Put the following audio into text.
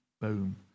Boom